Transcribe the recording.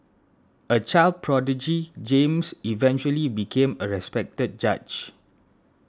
a child prodigy James eventually became a respected judge